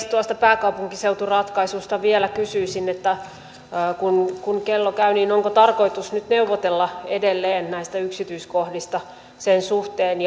tuosta pääkaupunkiseuturatkaisusta vielä kysyisin että kun kun kello käy niin onko tarkoitus nyt neuvotella edelleen näistä yksityiskohdista sen suhteen